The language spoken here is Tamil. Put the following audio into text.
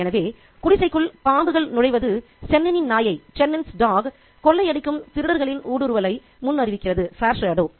எனவே குடிசைக்குள் பாம்புகள் நுழைவது சென்னனின் நாயைக்Chennans dog கொள்ளையடிக்கும் திருடர்களின் ஊடுருவலை முன்னறிவிக்கிறது ஃபோர் ஷாடோ foreshadow